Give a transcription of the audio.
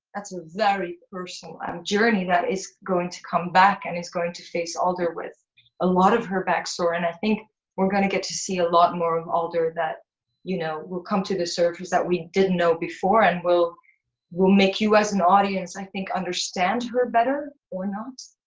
that's very personal. and a journey that is going to come back and is going to face alder with a lot of her backstory. and i think we're going to get to see a lot more of alder that you know will come to the surface that we didn't know before, and will will make you as an audience, i think, understand her better. or not.